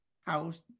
house